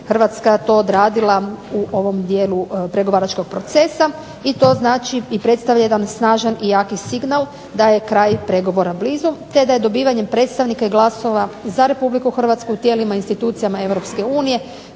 Hrvatska to odradila u ovom dijelu pregovaračkog procesa. I to znači i predstavlja jedan snažan i jaki signal da je kraj pregovora blizu te da je dobivanjem predstavnika i glasova za RH u tijelima i institucijama EU